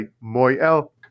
Moy-El